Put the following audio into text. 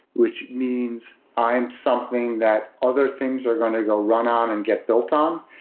which means i am something that other things are going to go run on and get built on,